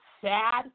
sad